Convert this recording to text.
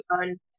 on